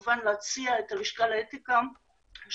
נכון שיש בתוך הציטופלזמה גם פיטוכונדריות